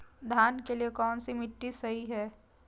धान के लिए कौन सी मिट्टी सही है?